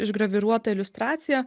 išgraviruotą iliustraciją